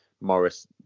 Morris